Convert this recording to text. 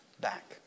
back